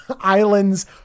islands